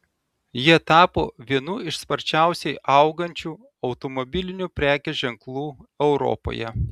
jie tapo vienu iš sparčiausiai augančių automobilinių prekės ženklų europoje